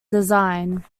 design